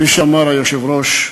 כפי שאמר היושב-ראש,